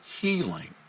healing